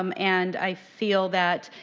um and i feel that,